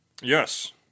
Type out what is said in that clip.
Yes